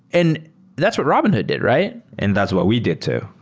and that's what robinhood did, right? and that's what we did too.